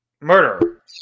Murder